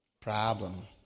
Problem